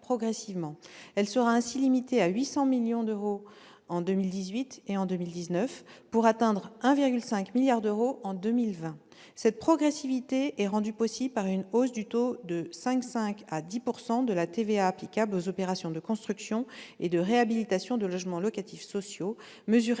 Elle sera ainsi limitée à 800 millions d'euros en 2018 et en 2019 pour atteindre 1,5 milliard d'euros en 2020. Cette progressivité est rendue possible par une hausse du taux de 5,5 % à 10 % de la TVA applicable aux opérations de construction et de réhabilitation de logements locatifs sociaux, mesure également